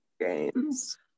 games